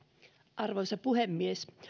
arvoisa puhemies